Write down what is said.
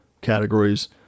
categories